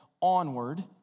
Onward